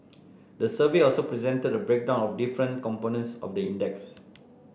the survey also presented a breakdown of different components of the index